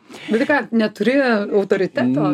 bet tai ką neturi autoriteto